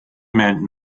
meant